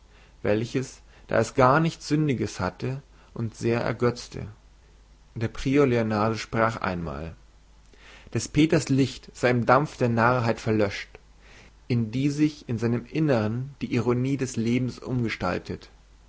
welches da es gar nichts sündliches hatte uns sehr ergötzte der prior leonardus sprach einmal des peters licht sei im dampf der narrheit verlöscht in die sich in seinem innern die ironie des lebens umgestaltet